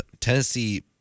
Tennessee